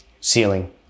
ceiling